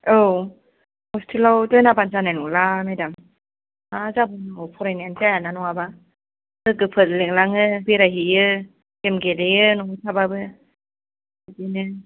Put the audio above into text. औ हसटेलाव दोनाबानो जानाय नंला मेदाम मा जाबाव नांगौ फरायनाय आनो जाया ना नङाबा लोगोफोर लेंलाङो बेराय हैयो गेम गेलेयो न'आव थाबाबो बिदिनो